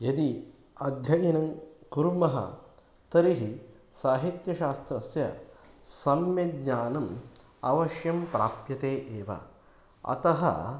यदि अध्ययनं कुर्मः तर्हि साहित्यशास्त्रस्य सम्यक् ज्ञानम् अवश्यं प्राप्यते एव अतः